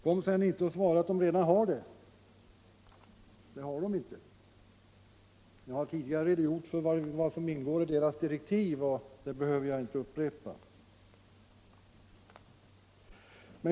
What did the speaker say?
Och kom inte och säg att den redan har sådana direktiv, för det har den inte. Jag har tidigare redogjort för vad som ingår i dess direktiv, och det behöver jag inte upprepa nu.